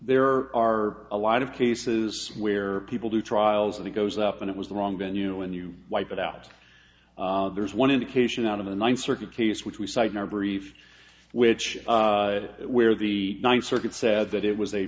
there are a lot of cases where people do trials and it goes up and it was the wrong venue and you wipe it out there's one indication out of the ninth circuit case which we cite in our brief which is where the ninth circuit said that it was a